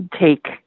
take